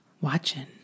watching